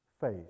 faith